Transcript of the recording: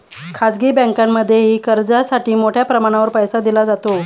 खाजगी बँकांमध्येही कर्जासाठी मोठ्या प्रमाणावर पैसा दिला जातो